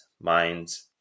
minds